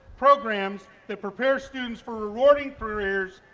programs that prepare students for rewarding careers,